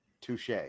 Touche